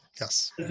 Yes